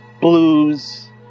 blues